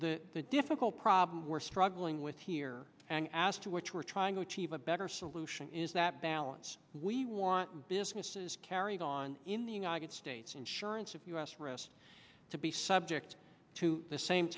that the difficult problem we're struggling with here and as to which we're trying to achieve a better solution is that balance we want business is carried on in the united states insurance of us rest to be subject to the same